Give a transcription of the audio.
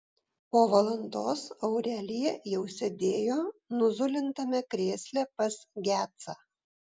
po valandos aurelija jau sėdėjo nuzulintame krėsle pas gecą